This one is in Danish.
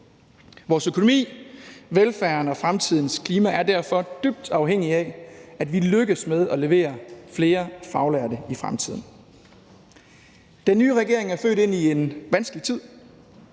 Vores økonomi, velfærden og fremtidens klima er derfor dybt afhængig af, at vi lykkes med at levere flere faglærte i fremtiden. Den nye regering er født ind i en vanskelig tid.